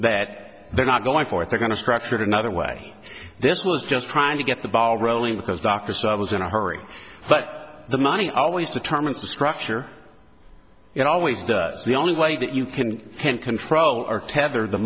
that they're not going for it they're going to structure it another way this was just trying to get the ball rolling with those doctors i was in a hurry but the money always determines the structure it always does the only way that you can control or t